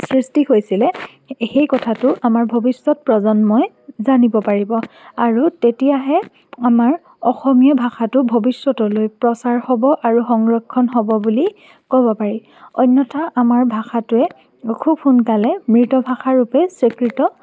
সৃষ্টি হৈছিলে সেই কথাটো আমাৰ ভৱিষ্যত প্ৰজন্মই জানিব পাৰিব আৰু তেতিয়াহে আমাৰ অসমীয়া ভাষাটো ভৱিষ্যতলৈ প্ৰচাৰ হ'ব আৰু সংৰক্ষণ হ'ব বুলি ক'ব পাৰি অনথ্যা আমাৰ ভাষাটোৱে খুব সোনকালে মৃতভাষা ৰূপে স্বীকৃত